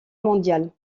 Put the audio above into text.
mondial